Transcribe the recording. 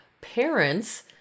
parents